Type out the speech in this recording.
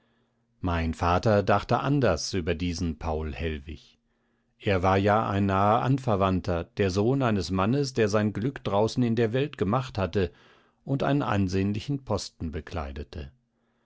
mein vater dachte anders über diesen paul hellwig er war ja ein naher anverwandter der sohn eines mannes der sein glück draußen in der welt gemacht hatte und einen ansehnlichen posten bekleidete